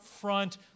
front